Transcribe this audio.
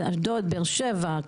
באר שבע,